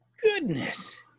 Goodness